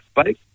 space